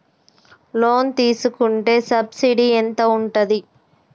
Loan తీసుకుంటే subsidy ఎంత ఉంటది?